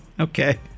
Okay